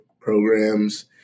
programs